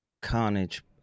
carnage